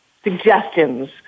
suggestions